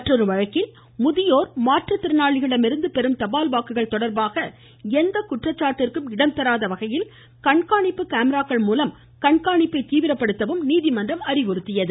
மற்றொரு வழக்கில் முதியோர் மாற்றுத்திறனாளிகளிடமிருந்து பெறும் தபால் வாக்குகள் தொடா்பாக எந்த குற்றச்சாட்டிற்கும் இடம் தராத வகையில் கண்காணிப்பு காமராக்கள் மூலம் கண்காணிப்பை தீவிரப்படுத்தவும் நீதிமன்றம் அறிவுறுத்தியது